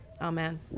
amen